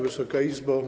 Wysoka Izbo!